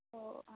ഓ ആ